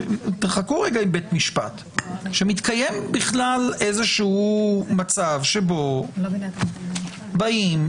תחכו רגע עם בית-משפט שמתקיים בכלל איזשהו מצב שבו באים,